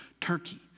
Turkey